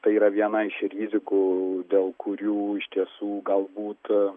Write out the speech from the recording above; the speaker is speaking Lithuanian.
tai yra viena iš rizikų dėl kurių iš tiesų galbūt a